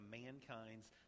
mankind's